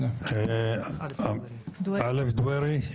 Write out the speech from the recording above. שלום דווירי,